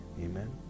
Amen